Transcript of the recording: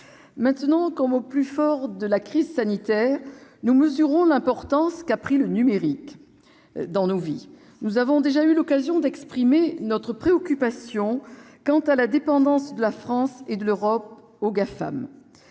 maintenant, comme au plus fort de la crise sanitaire, nous mesurons l'importance qu'a prise le numérique dans nos vies. Or nous avons déjà eu l'occasion d'exprimer notre préoccupation quant à la dépendance de la France et de l'Europe aux Gafam.